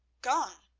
gone?